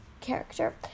character